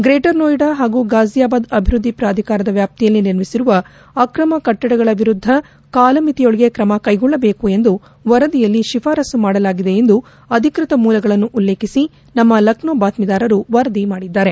greater Noida ಹಾಗೂ ಫಾಜಿಯಾಬಾದ್ ಅಭಿವೃದ್ಧಿ ಪ್ರಾಧಿಕಾರದ ವ್ಯಾಪ್ತಿಯಲ್ಲಿ ನಿರ್ಮಿಸಿರುವ ಅಕ್ರಮ ಕಟ್ಟಡಗಳ ವಿರುದ್ಧ ಕಾಲಮಿತಿಯೊಳಗೆ ಕ್ರಮ ಕೈಗೊಳ್ಳಬೇಕು ಎಂದು ವರದಿಯಲ್ಲಿ ಶಿಫಾರಸ್ಸು ಮಾಡಲಾಗಿದೆ ಎಂದು ಅಧಿಕೃತ ಮೂಲಗಳನ್ನು ಉಲ್ಲೇಖಿಸಿ ನಮ್ನ ಲಕ್ಕೋ ಬಾತ್ಸಿದಾರರು ವರದಿ ಮಾಡಿದ್ಗಾರೆ